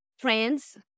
trends